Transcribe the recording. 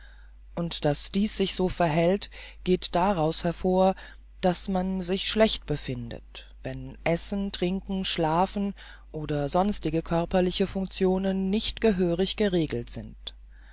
und daß dies sich so verhält geht daraus hervor daß man sich schlecht befindet wenn essen trinken schlafen oder sonstige körperliche functionen nicht gehörig geregelt sind